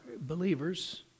believers